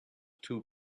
two